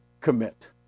commit